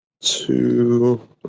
two